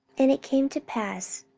and it came to pass,